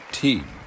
team